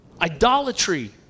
idolatry